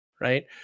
right